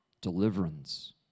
deliverance